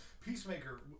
peacemaker